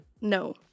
No